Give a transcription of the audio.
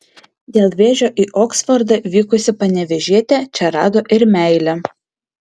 dėl vėžio į oksfordą vykusi panevėžietė čia rado ir meilę